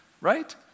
Right